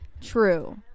True